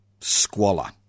squalor